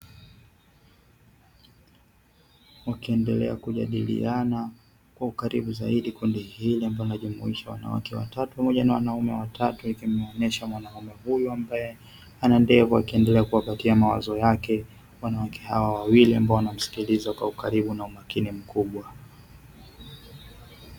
Wakiendelea kujadiliana kwa ukaribu zaidi kundi hili, ambapo linajumuisha wanawake watatu pamoja na wanaume watatu, yakimuonyesha mwanaume huyo ambaye ana ndevu. Akiendelea kuwapatia mawazo yake, wanawake hawa wawili ambao wanamsikiliza kwa ukaribu na umakini mkubwa.